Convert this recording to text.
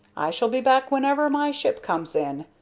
i shall be back whenever my ship comes in,